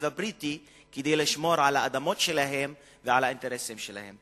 הבריטי כדי לשמור על האדמות שלהם ועל האינטרסים שלהם.